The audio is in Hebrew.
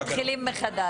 אני מחדש